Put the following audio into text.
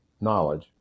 knowledge